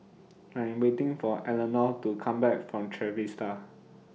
I Am waiting For Elenor to Come Back from Trevista